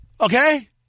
Okay